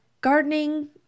gardening